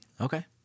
Okay